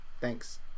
thanks